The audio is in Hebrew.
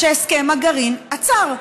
שהסכם הגרעין עצר.